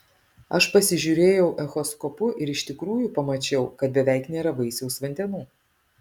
aš pasižiūrėjau echoskopu ir iš tikrųjų pamačiau kad beveik nėra vaisiaus vandenų